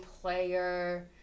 player